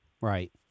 right